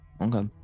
Okay